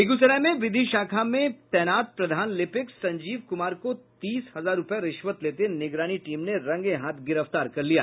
बेगूसराय में विधि शाखा में तैनात प्रधान लिपिक संजीव कुमार को तीस हजार रुपए रिश्वत लेते निगरानी टीम ने रंगे हाथ गिरफ्तार कर लिया